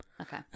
Okay